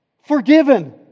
forgiven